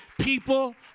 people